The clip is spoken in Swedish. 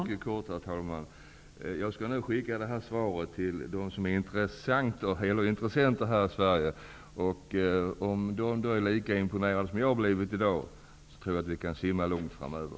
Herr talman! Jag skall nu skicka det här svaret till dem som är intressenter här i Sverige. Om de blir lika imponerade som jag har blivit i dag, tror jag att vi kan simma lugnt framöver.